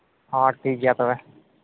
ᱦᱮᱸ ᱴᱷᱤᱠᱜᱮᱭᱟ ᱛᱚᱵᱮ